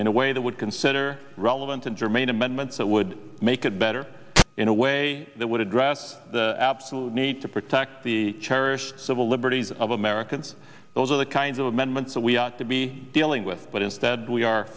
in a way that would consider relevant and germane amendments that would make it better in a way that would address the absolute need to protect the cherished civil liberties of americans those are the kinds of amendments that we ought to be dealing with but instead we are